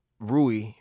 Rui